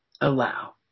allow